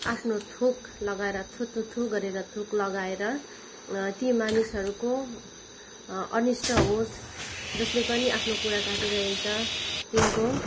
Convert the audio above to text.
आफ्नो थुक लगाएर थु थु थु गरेर थुक लगाएर ती मानिसहरूको अनिष्ठ होस् जसले पनि आफ्नो कुरा काटिरहेको छ तिनको